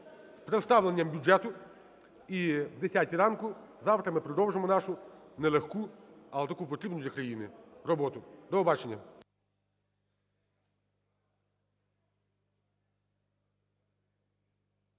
з представленням бюджету. І о 10 ранку завтра ми продовжуємо нашу не легку, але таку потрібну для країни роботу. До побачення.